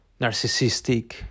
narcissistic